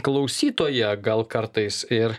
klausytoją gal kartais ir